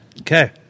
Okay